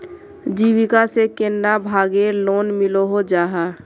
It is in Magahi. जीविका से कैडा भागेर लोन मिलोहो जाहा?